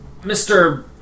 Mr